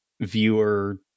viewer